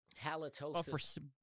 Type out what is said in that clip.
Halitosis